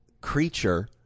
creature